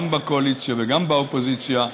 גם בקואליציה וגם באופוזיציה,